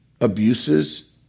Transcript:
abuses